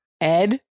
Ed